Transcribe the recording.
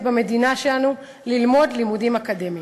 במדינה שלנו ללמוד לימודים אקדמיים.